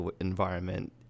environment